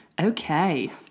Okay